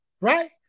right